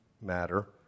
matter